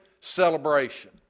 celebration